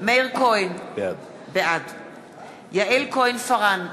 מאיר כהן, בעד יעל כהן-פארן,